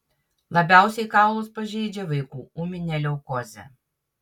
labiausiai kaulus pažeidžia vaikų ūminė leukozė